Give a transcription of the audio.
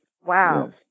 Wow